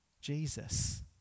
Jesus